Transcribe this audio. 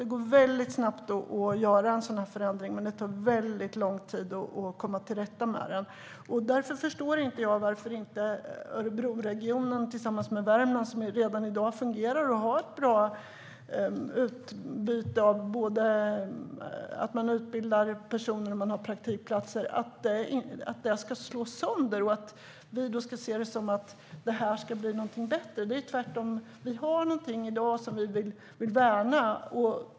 Det går snabbt att göra en förändring, men det tar väldigt lång tid att komma till rätta med sådant som blir fel. Jag förstår inte varför man inte tar hänsyn till att Örebroregionen tillsammans med Värmland redan i dag har ett bra utbyte när det gäller utbildning och praktikplatser. Det vill man slå sönder, och man vill att vi ska se detta som en förbättring. Tvärtom har vi något i dag som vi vill värna.